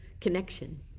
connection